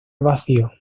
vacío